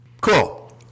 cool